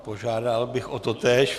Požádal bych o totéž.